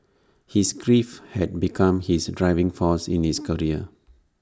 his grief had become his driving force in his career